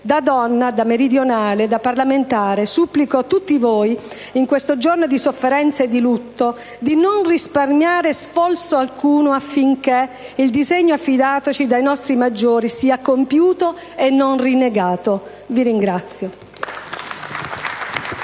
Da donna, da meridionale, da parlamentare, supplico tutti voi, in questo giorno di sofferenza e di lutto, di non risparmiare sforzo alcuno affinché il disegno affidatoci dai nostri maggiori sia compiuto e non rinnegato. Vi ringrazio.